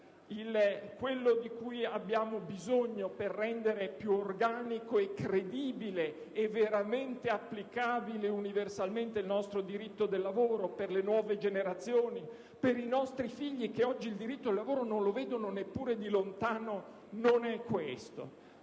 Ciò di cui abbiamo bisogno per rendere più organico, credibile e realmente applicabile universalmente il nostro diritto del lavoro per le nuove generazioni, per i nostri figli, che oggi il diritto del lavoro non lo vedono neppure da lontano, non è questo